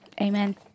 Amen